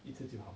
一次就好